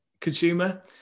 consumer